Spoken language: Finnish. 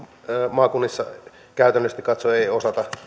maakunnissa käytännöllisesti katsoen ei osata